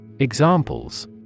Examples